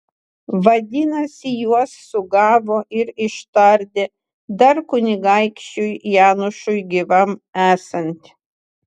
vadinasi juos sugavo ir ištardė dar kunigaikščiui janušui gyvam esant